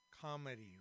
Comedy